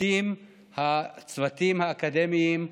שובתים הצוותים האקדמיים,